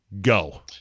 go